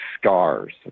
scars